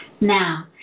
Now